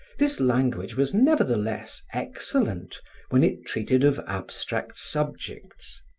this language was nevertheless excellent when it treated of abstract subjects.